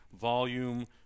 Volume